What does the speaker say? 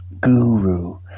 guru